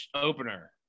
opener